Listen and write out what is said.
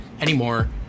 anymore